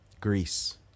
greece